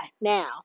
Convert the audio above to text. Now